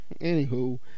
Anywho